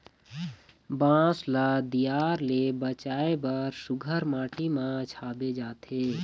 बांस ल दियार ले बचाए बर सुग्घर माटी म छाबे जाथे